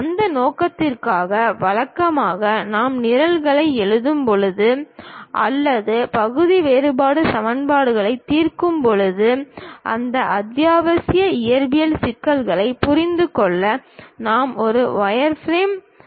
அந்த நோக்கத்திற்காக வழக்கமாக நாம் நிரல்களை எழுதும் போது அல்லது பகுதி வேறுபாடு சமன்பாடுகளை தீர்க்கும்போது அந்த அத்தியாவசிய இயற்பியல் சிக்கல்களைப் புரிந்து கொள்ள நாம் ஒரு வயர்ஃப்ரேம் மாதிரியில் பொருளை வழங்க வேண்டும்